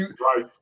Right